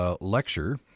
lecture